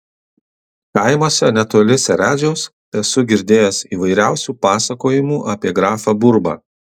kaimuose netoli seredžiaus esu girdėjęs įvairiausių pasakojimų apie grafą burbą